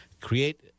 Create